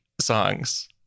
songs